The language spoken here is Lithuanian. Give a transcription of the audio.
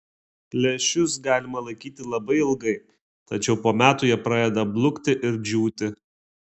lęšius galima laikyti labai ilgai tačiau po metų jie pradeda blukti ir džiūti